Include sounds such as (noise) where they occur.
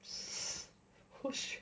(breath) push